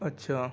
اچھا